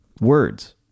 words